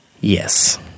Yes